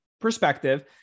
perspective